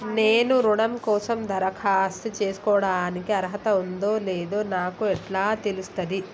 నేను రుణం కోసం దరఖాస్తు చేసుకోవడానికి అర్హత ఉందో లేదో నాకు ఎట్లా తెలుస్తది?